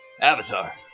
Avatar